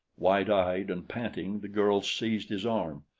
wide-eyed and panting the girl seized his arm.